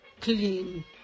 clean